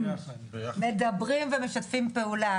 מדברים ומשתפים פעולה,